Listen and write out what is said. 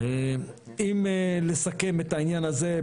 אם לסכם את העניין הזה,